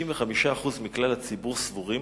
55% מכלל הציבור סבורים